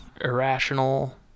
irrational